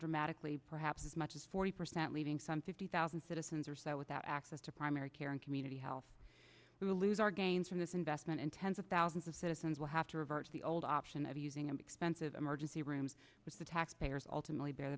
dramatically perhaps as much as forty percent leaving some fifty thousand citizens or so without access to primary care and community health we will lose our gains from this investment and tens of thousands of citizens will have to revert to the old option of using expensive emergency rooms with the taxpayers ultimately be